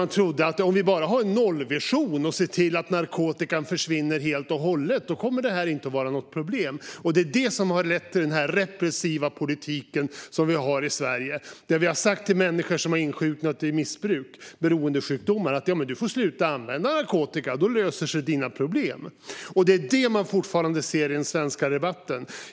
Då trodde man att om man bara har en nollvision och ser till att narkotikan försvinner helt och hållet kommer detta inte att vara något problem. Det är det som har lett till den repressiva politik som vi har i Sverige, där vi har sagt till människor som har hamnat i missbruk och insjuknat i beroendesjukdomar: Du får sluta använda narkotika. Då löser sig dina problem. Det är detta som man fortfarande ser i den svenska debatten.